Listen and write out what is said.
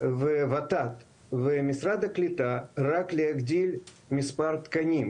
וות"ת ומשרד הקליטה רק להגדיל את מספר התקנים,